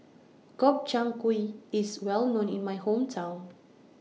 Gobchang Gui IS Well known in My Hometown